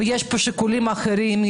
ויש פה שיקולים אחרים.